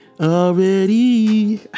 already